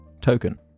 token